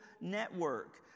network